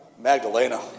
Magdalena